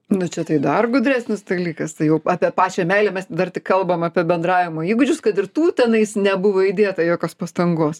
nu čia tai dar gudresnis dalykas tai jau apie pačią meilę mes dar tik kalbam apie bendravimo įgūdžius kad ir tų tenais nebuvo įdėta jokios pastangos